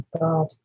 God